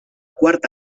quart